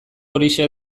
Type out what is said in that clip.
horixe